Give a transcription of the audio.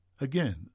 Again